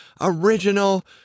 original